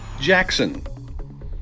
Jackson